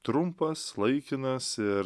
trumpas laikinas ir